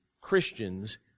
Christians